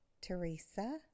Teresa